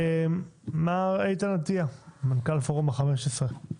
מר איתן אטייה, מנכ"ל פורום ה-15.